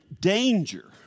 danger